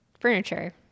furniture